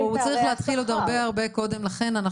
הוא צריך להתחיל עוד הרבה הרבה קודם לכן.